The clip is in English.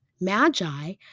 magi